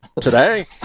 Today